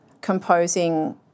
composing